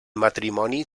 matrimoni